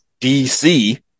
DC